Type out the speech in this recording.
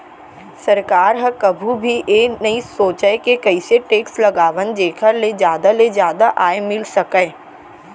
सरकार ह कभू भी ए नइ सोचय के कइसे टेक्स लगावन जेखर ले जादा ले जादा आय मिल सकय